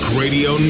radio